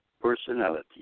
personality